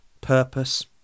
purpose